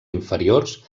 inferiors